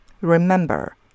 Remember